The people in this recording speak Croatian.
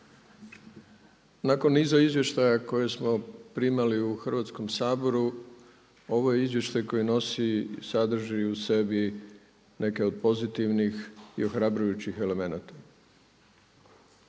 Nakon niza izvještaja koje smo primali u Hrvatskom saboru, ovo je izvješće koje nosi i sadrži u sebi neke od pozitivnih i ohrabrujućih elemenata.